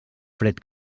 fred